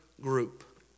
group